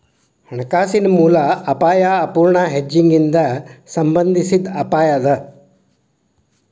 ಹಣಕಾಸಿನ ಮೂಲ ಅಪಾಯಾ ಅಪೂರ್ಣ ಹೆಡ್ಜಿಂಗ್ ಇಂದಾ ಸಂಬಂಧಿಸಿದ್ ಅಪಾಯ ಅದ